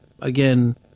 Again